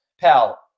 pal